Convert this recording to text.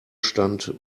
stand